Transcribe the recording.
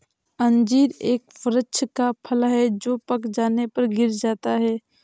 अंजीर एक वृक्ष का फल है जो पक जाने पर गिर जाता है